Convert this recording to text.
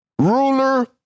Ruler